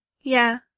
Yeah